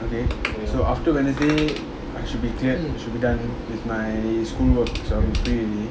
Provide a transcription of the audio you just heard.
okay so after wednesday I should be cleared should be done with my schoolwork so I'll be free ready